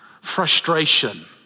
frustration